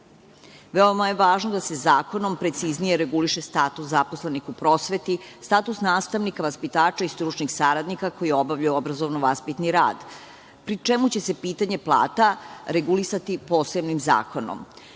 Veoma je važno da se zakonom preciznije reguliše status zaposlenih u prosveti, status nastavnika, vaspitača i stručnih saradnika koji obavljaju obrazovno vaspitni rad, pri čemu će se pitanje plata regulisati posebnim zakonom. Naša